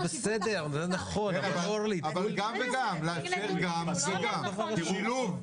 היו אמורים להחזיר את הקרקע ואז להחליט מה עושים עם הקרקע הזו.